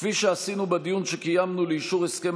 כפי שעשינו בדיון שקיימנו לאישור הסכם